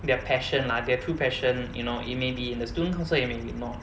their passion lah their true passion you know it may be in the student council it may be not